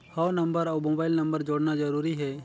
हव नंबर अउ mobile number जोड़ना जरूरी हे?